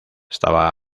estaba